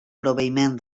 proveïment